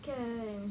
kan